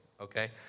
Okay